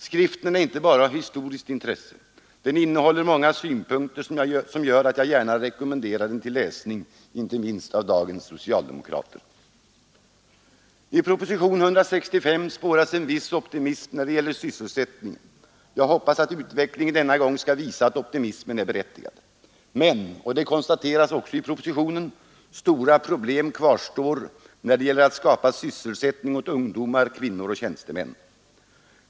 Skriften är inte bara av historiskt intresse — den innehåller många synpunkter, som gör att jag gärna rekommenderar den till läsning inte minst av dagens socialdemokrater. I propositionen 165 spåras en viss optimism när det gäller sysselsättningen — jag hoppas att utvecklingen denna gång skall visa att optimismen är berättigad. Men, och det konstateras också i propositionen, stora problem kvarstår när det gäller att skapa sysselsättning åt ungdomar, kvinnor och tjänstemän.